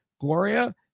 Gloria